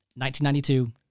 1992